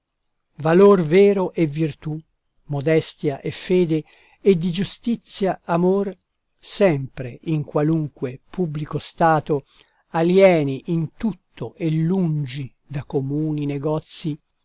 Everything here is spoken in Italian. valor vero e virtù modestia e fede e di giustizia amor sempre in qualunque pubblico stato alieni in tutto e lungi da comuni negozi